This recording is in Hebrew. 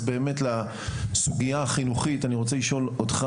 באמת לסוגיה החינוכית אני רוצה לשאול אותך